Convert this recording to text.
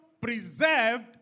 preserved